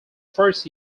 first